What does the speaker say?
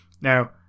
Now